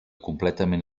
completament